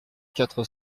quatre